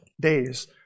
days